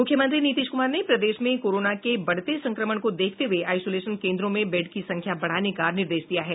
मुख्यमंत्री नीतीश कुमार ने प्रदेश में कोरोना के बढ़ते संक्रमण को देखते हुये आईसोलेशन केन्द्रों में बेड की संख्या बढ़ाने का निर्देश दिया है